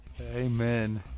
Amen